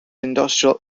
industrial